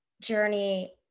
Journey